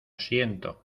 siento